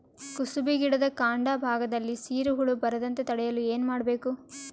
ಕುಸುಬಿ ಗಿಡದ ಕಾಂಡ ಭಾಗದಲ್ಲಿ ಸೀರು ಹುಳು ಬರದಂತೆ ತಡೆಯಲು ಏನ್ ಮಾಡಬೇಕು?